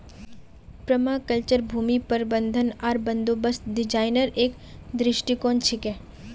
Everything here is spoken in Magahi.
पर्माकल्चर भूमि प्रबंधन आर बंदोबस्त डिजाइनेर एक दृष्टिकोण छिके